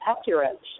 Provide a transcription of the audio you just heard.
accurate